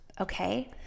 okay